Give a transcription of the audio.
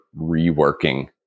reworking